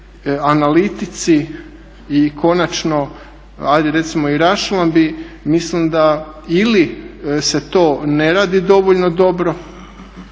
analitici i konačno ajde recimo i raščlambi mislim da ili se to ne radi dovoljno dobro